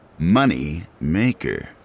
Moneymaker